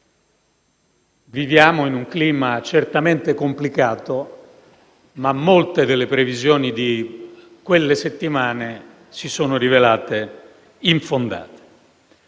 Viviamo in un clima certamente complicato, ma molte delle previsioni di quelle settimane si sono rivelate infondate.